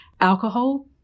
alcohol